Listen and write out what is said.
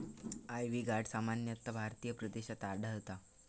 ivy gourd सामान्यतः भारतीय प्रदेशात आढळता